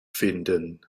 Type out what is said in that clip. finden